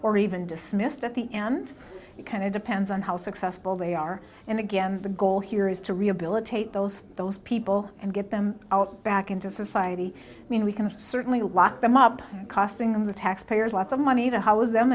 or even dismissed at the end you kind of depends on how successful they are and again the goal here is to rehabilitate those those people and get them out back into society i mean we can certainly lock them up costing the taxpayers lots of money to